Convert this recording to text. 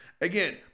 Again